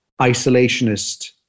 isolationist